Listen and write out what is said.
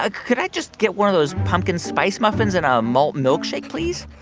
ah could i just get one of those pumpkin spice muffins and um a malt milkshake, please?